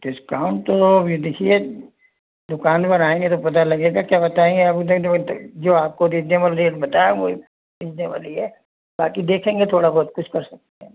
discount तो ये देखिए दुकान पर आएंगे तो पता लगेगा क्या बताया है जो आपको रिज़नेबल रेट बताया वही बताया रिज़नेबल ही है बाकि देखेंगे थोड़ा बहुत कुछ कर सकते हैं